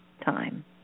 time